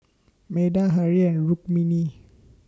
Medha Hri and Rukmini